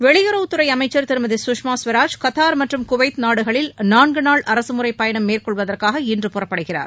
வெளியுறவுத்துறை அமைச்சர் திருமதி கஷ்மா ஸ்வராஜ் கத்தார் மற்றும் குவைத் நாடுகளில் நான்குநாள் அரசுமுறைப் பயணம் மேற்கொள்வதற்காக இன்று புறப்படுகிறார்